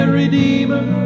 redeemer